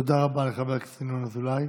תודה רבה לחבר הכנסת ינון אזולאי.